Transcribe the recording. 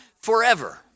forever